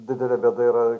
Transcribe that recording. didelė bėda yra